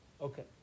Okay